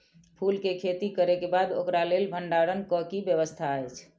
फूल के खेती करे के बाद ओकरा लेल भण्डार क कि व्यवस्था अछि?